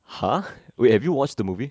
!huh! wait have you watched the movie